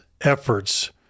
efforts